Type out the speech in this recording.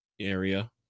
area